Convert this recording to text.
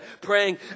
praying